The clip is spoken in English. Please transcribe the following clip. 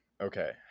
okay